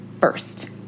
first